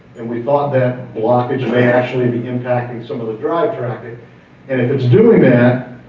and we thought that blockage may actually be impacting some of the drive traffic and if it's doing that,